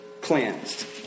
cleansed